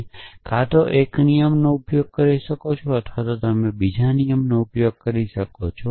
તમે કાં તો એક નિયમનો ઉપયોગ કરી શકો છો અથવા તમે બીજા નિયમનો ઉપયોગ કરી શકો છો